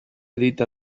dita